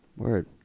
word